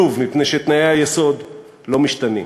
שוב, מפני שתנאי היסוד לא משתנים.